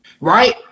right